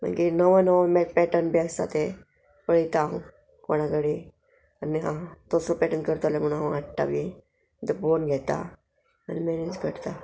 मागीर नवो नवो मे पॅटर्न बी आसता ते पळयता हांव कोणा कडेन आनी आ तसो पॅटर्न करतले म्हण हांव हाडटा बी पळोवन घेता आनी मॅनेज करता